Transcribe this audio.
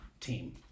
team